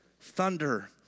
Thunder